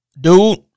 Dude